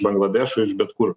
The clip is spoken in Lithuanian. bangladešo iš bet kur